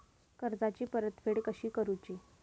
कर्जाची परतफेड कशी करूची?